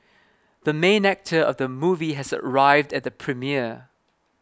the main actor of the movie has arrived at the premiere